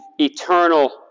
eternal